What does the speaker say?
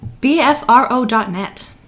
BFRO.net